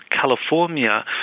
California